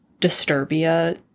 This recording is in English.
Disturbia